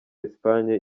espagne